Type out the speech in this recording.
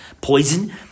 poison